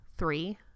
Three